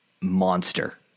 monster